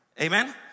Amen